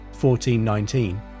1419